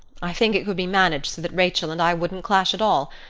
i think it could be managed so that rachel and i wouldn't clash at all.